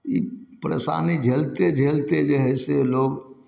ई परेशानी झेलिते झेलिते जे हइ से लोक